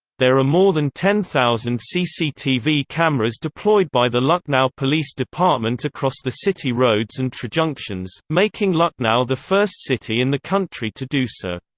there are more than ten thousand cctv cameras deployed by the lucknow police department across the city roads and trijunctions, making lucknow the first city in the country to do so.